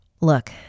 Look